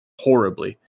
horribly